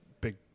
big